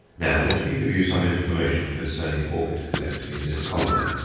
now let me give you some information concerning orchid-collecting in this colony.